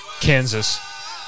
Kansas